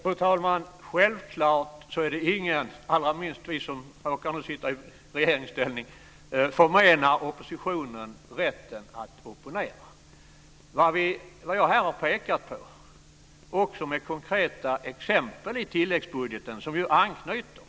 Fru talman! Självklart finns det ingen, allra minst vi som nu råkar sitta i regeringsställning, som förmenar oppositionen rätten att opponera. Jag har givit konkreta exempel ur tilläggsbudgeten.